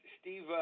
Steve